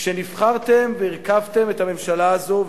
כשנבחרתם והרכבתם את הממשלה הזו,